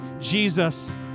Jesus